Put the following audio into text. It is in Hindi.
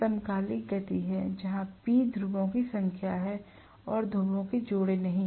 यह समकालिक गति है जहां p ध्रुवों की संख्या है ध्रुवों के जोड़े नहीं हैं